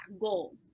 goal